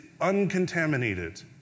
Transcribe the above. uncontaminated